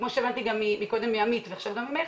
כמו שהבנתי ממך ומעמית,